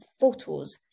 photos